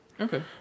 Okay